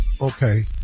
Okay